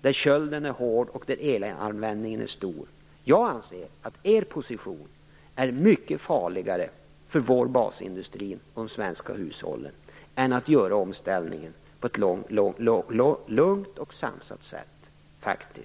där kölden är hård och elanvändningen stor, att er position är mycket farligare för vår basindustri och de svenska hushållen än att göra omställningen på ett lugnt och sansat sätt.